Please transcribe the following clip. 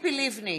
ציפי לבני,